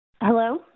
Hello